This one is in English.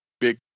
big